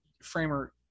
Framer